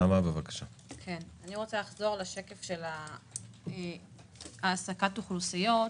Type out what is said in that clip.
אני רוצה לחזור לשקף על העסקת אוכלוסיות,